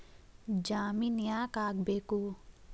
ಜಾಮಿನ್ ಯಾಕ್ ಆಗ್ಬೇಕು?